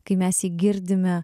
kai mes jį girdime